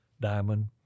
diamond